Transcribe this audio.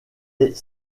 est